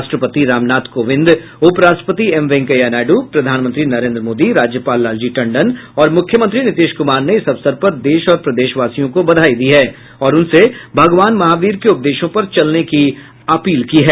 राष्ट्रपति रामनाथ कोविन्द उपराष्ट्रपति एम वेंकैया नायडू प्रधानमंत्री नरेन्द्र मोदी राज्यपाल लालजी टंडन और मुख्यमंत्री नीतीश कुमार ने इस अवसर पर देश और प्रदेशवासियों को बधाई दी है और उनसे भगवान महावीर के उपदेशों पर चलने की अपील की है